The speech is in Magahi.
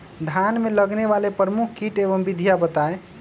धान में लगने वाले प्रमुख कीट एवं विधियां बताएं?